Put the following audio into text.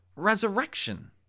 resurrection